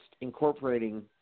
incorporating